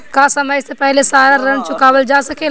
का समय से पहले सारा ऋण चुकावल जा सकेला?